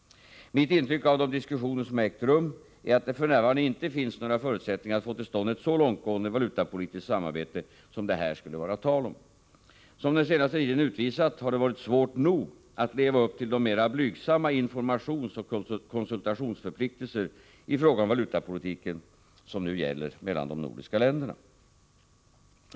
Mitt intryck av de diskussioner som ägt rum är att det f. n. inte finns några förutsättningar att få till stånd ett så långtgående valutapolitiskt samarbete som det här skulle vara tal om. Som den senaste tiden utvisat har det varit svårt nog att leva upp till de mera blygsamma informationsoch konsultationsförpliktelser i fråga om valutapolitiken som nu gäller mellan de nordiska länderna.